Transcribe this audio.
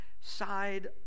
side